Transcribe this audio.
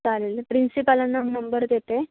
चालेल प्रिन्सिपालांना नंबर देते